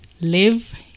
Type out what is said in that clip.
live